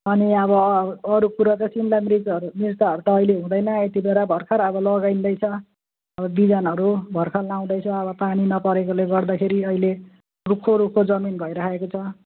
अनि अब अरू कुरा त शिमला मिर्चहरू त मिर्चाहरू त अहिले हुँदैन यतिखेर भर्खर अहिले लगाइँदैछ अब बिजनहरू भर्खर लाउँदैछु अब पानी नपरेकोले गर्दाखेरि अहिले रुखो रुखो जमिन भइराखेको छ